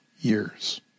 years